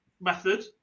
method